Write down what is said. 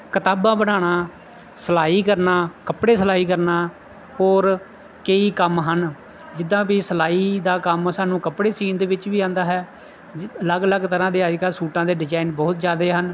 ਕਿਤਾਬਾਂ ਬਣਾਉਣਾ ਸਿਲਾਈ ਕਰਨਾ ਕੱਪੜੇ ਸਿਲਾਈ ਕਰਨਾ ਔਰ ਕਈ ਕੰਮ ਹਨ ਜਿੱਦਾਂ ਵੀ ਸਿਲਾਈ ਦਾ ਕੰਮ ਸਾਨੂੰ ਕੱਪੜੇ ਸਿਊਣ ਦੇ ਵਿੱਚ ਵੀ ਆਉਂਦਾ ਹੈ ਅਲੱਗ ਅਲੱਗ ਤਰ੍ਹਾਂ ਦੇ ਅੱਜ ਕੱਲ੍ਹ ਸੂਟਾਂ ਦੇ ਡਿਜ਼ਾਇਨ ਬਹੁਤ ਜ਼ਿਆਦਾ ਹਨ